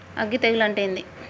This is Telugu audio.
అగ్గి తెగులు అంటే ఏంది?